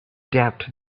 doubt